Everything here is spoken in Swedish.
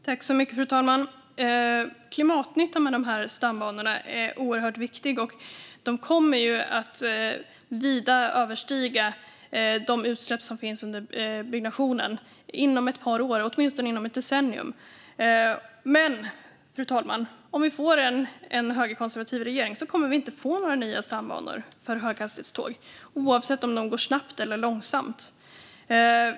Fru talman! Klimatnyttan med stambanorna är oerhört viktig. Den kommer att vida överstiga de utsläpp som finns under byggnationen inom ett par år - åtminstone inom ett decennium. Men, fru talman, om vi får en högerkonservativ regering kommer vi inte att få några nya stambanor för höghastighetståg oavsett om de går snabbt eller långsamt.